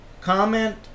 Comment